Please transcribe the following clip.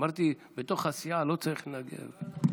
אמרתי, בתוך הסיעה לא צריך לנגב.